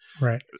right